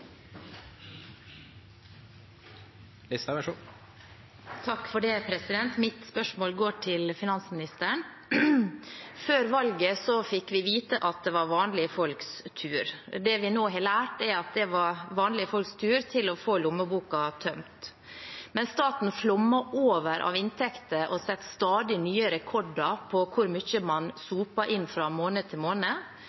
Mitt spørsmål går til finansministeren. Før valget fikk vi vite at det var vanlige folks tur. Det vi nå har lært, er at det var vanlige folks tur til å få lommeboken tømt. Mens staten flommer over av inntekter og setter stadig nye rekorder på hvor mye man